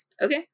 okay